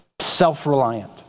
self-reliant